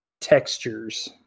textures